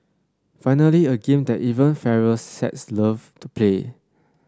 finally a game that even fairer sex loved to play